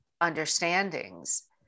understandings